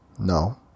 No